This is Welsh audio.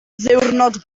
ddiwrnod